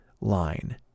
line